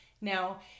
Now